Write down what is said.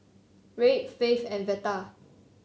Reid Faith and Veta